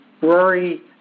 Rory